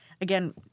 again